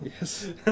Yes